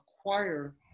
acquire